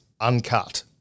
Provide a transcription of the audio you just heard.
Uncut